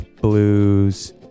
blues